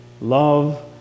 love